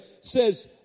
says